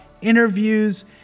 interviews